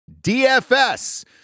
dfs